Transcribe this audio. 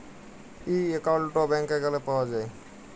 ই account ব্যাংকে গ্যালে পাউয়া যায়